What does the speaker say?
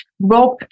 Rob